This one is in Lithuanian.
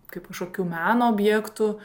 kaip kažkokių meno objektų